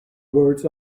words